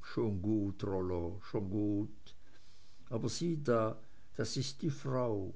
schon gut rollo schon gut aber sieh da das ist die frau